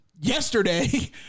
yesterday